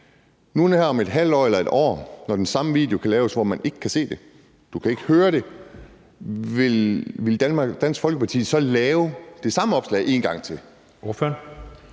Nu her om et halvt år eller et år, når den samme video kan laves, og hvor man ikke kan se, det er falsk, og du kan ikke høre det, vil Dansk Folkeparti så lave det samme opslag en gang til?